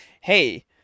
hey